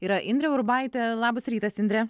yra indrė urbaitė labas rytas indre